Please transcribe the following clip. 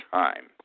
time